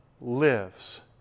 lives